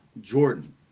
Jordan